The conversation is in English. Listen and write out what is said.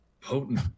potent